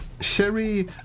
Sherry